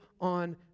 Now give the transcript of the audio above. on